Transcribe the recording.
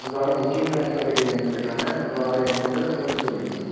നമുക്ക് അവിടെ ബുക്കിംഗ് കാര്യങ്ങൾ ഒക്കെ ചെയ്യാൻ വേണ്ടിയിട്ടാണ് അപ്പം ആ ഒരു എമൗണ്ട് നമ്മൾ ചോദിക്കുന്നത്